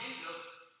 Jesus